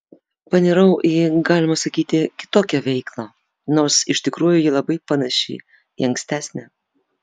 panirau į galima sakyti kitokią veiklą nors iš tikrųjų ji labai panaši į ankstesnę